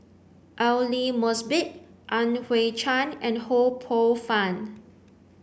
Aidli Mosbit Yan Hui Chang and Ho Poh Fun